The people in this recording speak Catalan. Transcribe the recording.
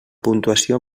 puntuació